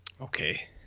okay